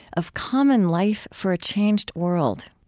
of common life for a changed world.